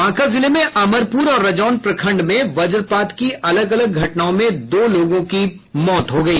बांका जिले में अमरपुर और रजौन प्रखंड में वज्रपात की अलग अलग घटनाओं में दो लोगों की मौत हो गयी